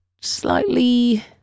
slightly